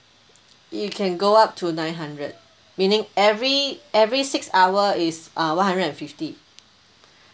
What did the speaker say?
it can go up to nine hundred meaning every every six hour is uh one hundred and fifty